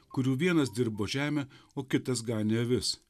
kurių vienas dirbo žemę o kitas ganė avis